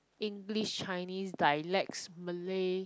english chinese dialects malay